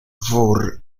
wór